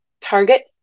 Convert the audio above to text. target